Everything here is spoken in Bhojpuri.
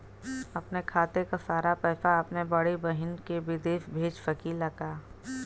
अपने खाते क सारा पैसा अपने बड़ी बहिन के विदेश भेज सकीला का?